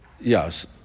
Yes